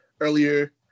earlier